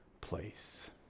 place